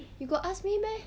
you got ask me meh